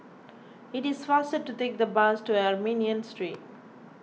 it is faster to take the bus to Armenian Street